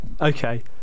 Okay